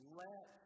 let